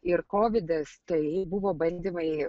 ir kovidas tai buvo bandymai